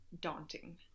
Daunting